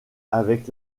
avec